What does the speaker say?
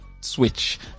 switch